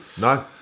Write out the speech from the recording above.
no